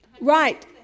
Right